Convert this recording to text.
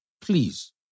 please